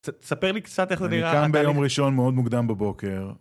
תספר לי קצת איך זה נראה. אני קם ביום ראשון מאוד מוקדם בבוקר.